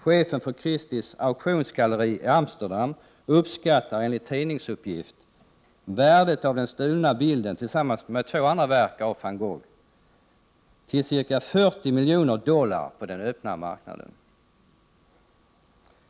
Chefen för Christies auktionsgalleri i Amsterdam uppskattar enligt tidningsuppgift värdet av den stulna bilden tillsammans med två andra verk av van Gogh till ca 40 miljoner dollar på den öppna marknaden.